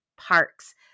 Parks